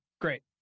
great